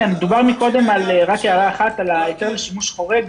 דובר כאן קודם לגבי היתר שימוש חורג.